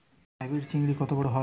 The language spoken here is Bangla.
হাইব্রিড চিচিংঙ্গা কত বড় হয়?